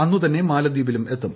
അന്നുതന്നെ മാലദ്വീപിലും എത്തും